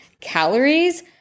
calories